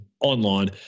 online